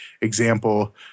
example